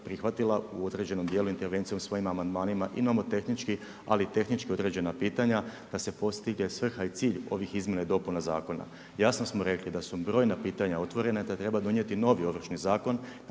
prihvatila u određenom dijelu intervencijom svojim amandmanima. I nomotehnički, ali i tehnički određena pitanja da bi se postigle svrha i cilj ovih izmjena i dopuna zakona jasno smo rekli, da su brojna pitanja otvorena i da treba donijeti novi Ovršni zakon.